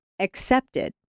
accepted